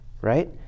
right